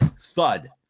thud